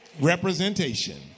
representation